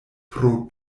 pro